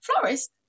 Florist